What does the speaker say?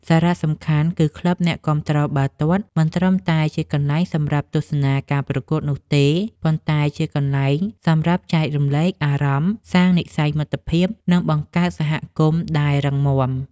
សារសំខាន់ គឺក្លឹបអ្នកគាំទ្របាល់ទាត់មិនត្រឹមតែជាកន្លែងសម្រាប់ទស្សនាការប្រកួតនោះទេ ប៉ុន្តែជាកន្លែងសម្រាប់ចែករំលែកអារម្មណ៍ សាងនិស្ស័យមិត្តភាព និងបង្កើតសហគមន៍ដែលរឹងមាំ។